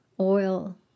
oil